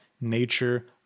nature